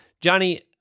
johnny